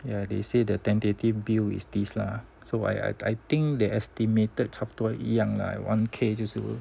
yeah they say the tentative bill is this lah so I I think they estimated 差不多一样 lah one K 就是